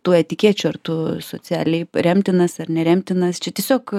tų etikečių ar tu socialiai remtinas ar neremtinas čia tiesiog